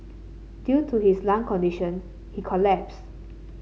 due to his lung condition he collapsed